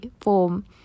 form